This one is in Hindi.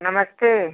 नमस्ते